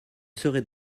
serait